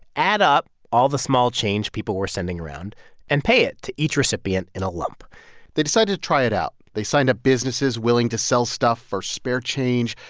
add up all the small change people were sending around and pay it to each recipient in a lump they decided to try it out. they signed up businesses willing to sell stuff for spare change.